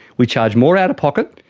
we charge more out of pocket,